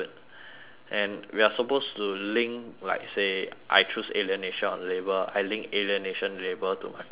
and we are supposed to link like say I choose alienation of labour I link alienation labour to my personal life